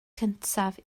cyntaf